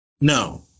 No